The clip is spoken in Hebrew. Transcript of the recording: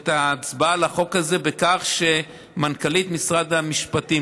את ההצבעה על החוק הזה בכך שמנכ"לית משרד המשפטים,